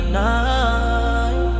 night